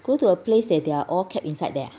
go to a place that they're all kept inside there ah